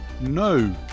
no